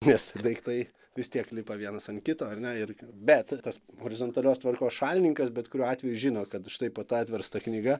nes daiktai vis tiek lipa vienas an kito ar ne ir bet tas horizontalios tvarkos šalininkas bet kuriuo atveju žino kad štai po ta atversta knyga